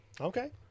Okay